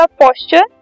posture